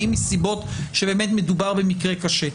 ואם מסיבות שבאמת מדובר במקרה קשה.